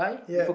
yep